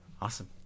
Awesome